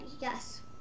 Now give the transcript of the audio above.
yes